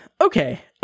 Okay